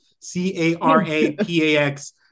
C-A-R-A-P-A-X